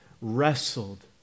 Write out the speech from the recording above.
wrestled